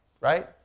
right